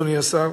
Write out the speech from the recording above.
אדוני השר,